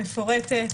מפורטת,